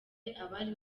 abari